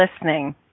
Listening